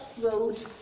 Road